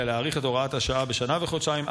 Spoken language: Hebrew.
אלא להאריך את הוראת השעה בשנה וחודשיים,